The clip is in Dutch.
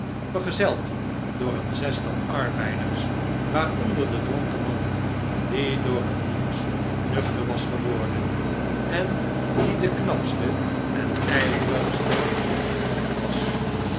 vergezeld door een zestal arbeiders waaronder de dronken man die door het nieuws nuchter was geworden en die de knapste en ijverigste van alien was